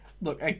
look